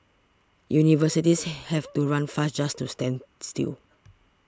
universities have to run fast just to stand still